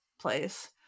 place